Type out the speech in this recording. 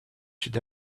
should